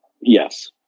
Yes